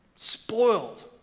spoiled